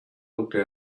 looked